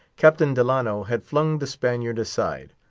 captain delano had flung the spaniard aside,